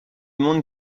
monde